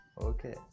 okay